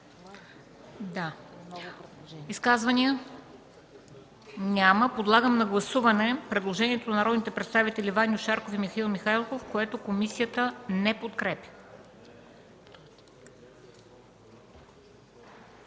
Изказвания? Няма. Преминаваме към гласуване на предложението на народните представители Ваньо Шарков и Михаил Михайлов, което комисията не подкрепя.